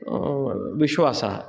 विश्वासः